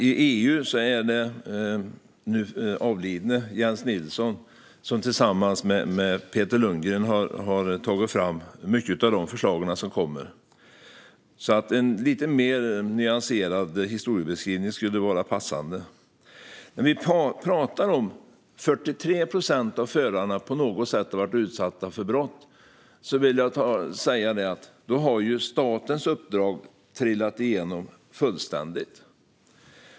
I EU var det den nu avlidne Jens Nilsson som tillsammans med Peter Lundgren tog fram många av de förslag som kommer att verkställas. En lite mer nyanserad historiebeskrivning skulle alltså vara passande. När vi pratar om att 43 procent av förarna på något sätt har varit utsatta för brott vill jag säga att statens uppdrag har trillat igenom fullständigt.